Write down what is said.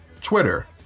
Twitter